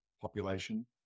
population